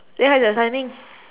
then how is the timing